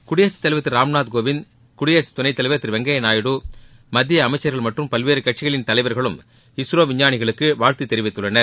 குடியரசுத் தலைவர் திரு ராம்நாத்கோவிந்த் குடியரசு துணைத்தலைவர் திரு வெங்கையா நாயுடு மத்திய அமைச்சர்கள் மற்றும் பல்வேறு கட்சிகளின் தலைவர்கள் இஸ்ரோ விஞ்ஞானிகளுக்கு வாழ்த்து தெரிவித்துள்ளனர்